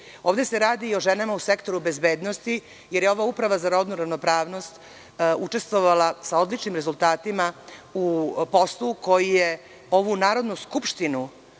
Ovde se radi i o ženama u sektoru bezbednosti, jer je Uprava za rodnu ravnopravnost učestvovala sa odličnim rezultatima u poslu koji je ovu Narodnu skupštinu